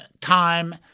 time